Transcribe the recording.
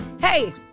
Hey